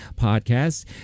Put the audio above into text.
podcast